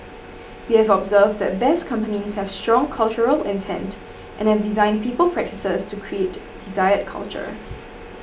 we have observed that Best Companies have strong cultural intent and have designed people practices to create desired culture